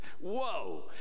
whoa